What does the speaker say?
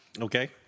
Okay